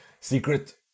Secret